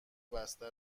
بسته